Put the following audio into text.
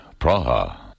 Praha